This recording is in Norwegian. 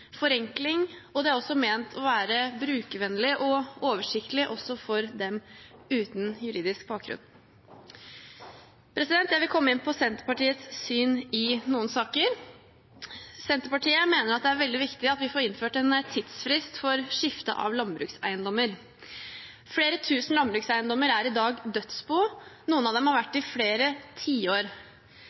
forenkling, og det er ment å være brukervennlig og oversiktlig også for dem uten juridisk bakgrunn. Jeg vil komme inn på Senterpartiets syn i noen saker. Senterpartiet mener at det er veldig viktig at vi får innført en tidsfrist for skifte av landbrukseiendommer. Flere tusen landbrukseiendommer er i dag dødsbo, noen av dem har vært det i flere tiår.